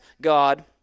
God